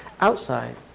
outside